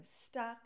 stuck